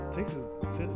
Texas